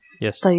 Yes